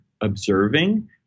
observing